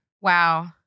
Wow